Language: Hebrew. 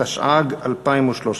התשע"ג 2013,